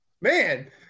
man